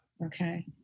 Okay